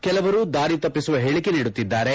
ಕೆಲವರು ದಾರಿ ತಪ್ಪಿಸುವ ಹೇಳಿಕೆ ನೀಡುತ್ತಿದ್ದಾರೆ